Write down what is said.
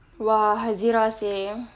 !wah! hazirah seh